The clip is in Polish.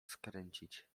skręcić